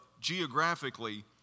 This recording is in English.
geographically